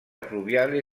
pluviale